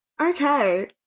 Okay